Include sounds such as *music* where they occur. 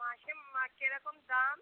*unintelligible* কী রকম দাম